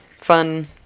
fun